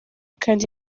kandi